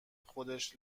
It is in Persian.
خودش